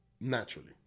naturally